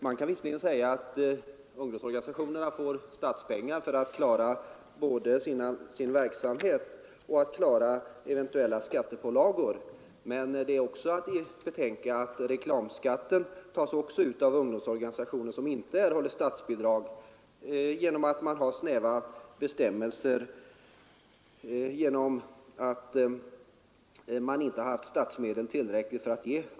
Man kan visserligen säga att ungdomsorganisationerna får statsmedel för att klara både sin egen verksamhet och eventuella skattepålagor, men det är också att betänka att reklamskatten tas ut av ungdomsorganisationer som till följd av snäva bestämmelser inte erhåller statsbidrag.